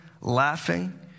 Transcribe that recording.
laughing